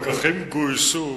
הפקחים גויסו